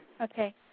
Okay